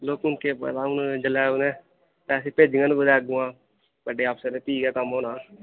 लोक्क हून केह् पता हून जेल्लै उ'नें पैसे भेजङन कुतै अग्गुआं बड्डे अफसर फ्ही गै कम्म होना